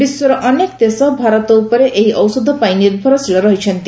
ବିଶ୍ୱର ଅନେକ ଦେଶ ଭାରତ ଉପରେ ଏହି ଔଷଧ ପାଇଁ ନିର୍ଭରଶୀଳ ରହିଛନ୍ତି